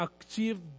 achieve